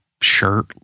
shirt